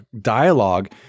dialogue